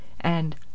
and—